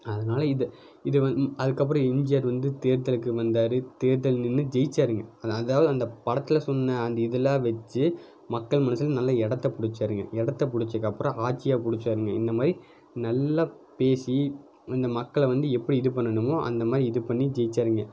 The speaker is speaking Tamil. அதனால இதை இதை வந் அதுக்கப்புறம் எம்ஜிஆர் வந்து தேர்தலுக்கு வந்தார் தேர்தலில் நின்று ஜெயித்தாருங்க அது அதாவது வந்து இந்த படத்தில் சொன்ன அந்த இதெல்லாம் வச்சு மக்கள் மனசில் நல்லா எடத்த பிடிச்சாருங்க எடத்த பிடிச்சதுக்கப்பறம் ஆட்சியை பிடிச்சாருங்க இந்த மாதிரி நல்லா பேசி இந்த மக்களை வந்து எப்படி இது பண்ணணுமோ அந்த மாதிரி இது பண்ணி ஜெயித்தாருங்க